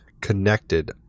connected